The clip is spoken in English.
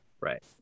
Right